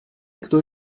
кто